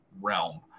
realm